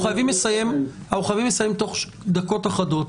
אנחנו חייבים לסיים תוך דקות אחדות.